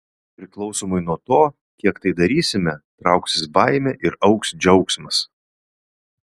priklausomai nuo to kiek tai darysime trauksis baimė ir augs džiaugsmas